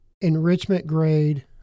enrichment-grade